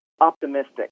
optimistic